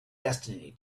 destiny